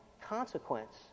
consequence